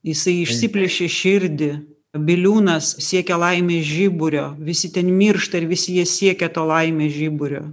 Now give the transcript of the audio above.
jisai išsiplėšė širdį biliūnas siekia laimės žiburio visi ten miršta ir visi jie siekia to laimės žiburio